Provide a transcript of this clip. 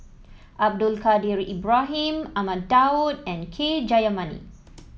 Abdul Kadir Ibrahim Ahmad Daud and K Jayamani